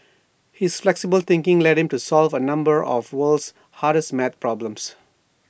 his flexible thinking led him to solve A number of the world's hardest math problems